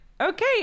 okay